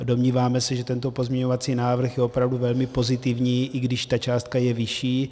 Domníváme se, že tento pozměňovací návrh je opravdu velmi pozitivní, i když ta částka je vyšší.